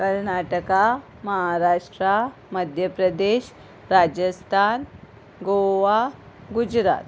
Karnataka Maharashtra Madhya Pradesh Rajasthan Goa Gujarat